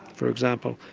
for example,